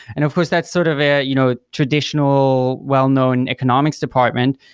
and of course, that's sort of a ah you know traditional well-known economics department.